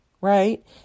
Right